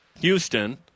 Houston